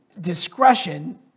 discretion